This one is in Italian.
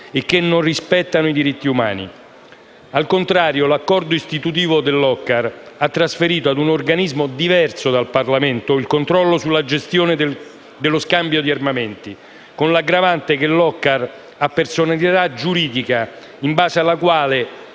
e che non rispettano i diritti umani. Al contrario, l'accordo istitutivo dell'OCCAR ha trasferito ad un organismo diverso dal Parlamento il controllo sulla gestione dello scambio degli armamenti, con l'aggravante che l'OCCAR ha una personalità giuridica in base alla quale